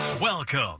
Welcome